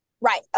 Right